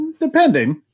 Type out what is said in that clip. Depending